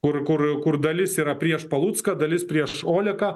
kur kur kur dalis yra prieš palucką dalis prieš oleką